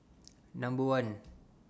Number one